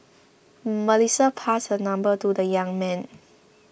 Melissa passed her number to the young man